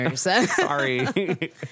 Sorry